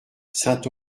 saint